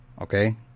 Okay